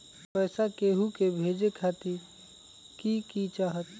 पैसा के हु के भेजे खातीर की की चाहत?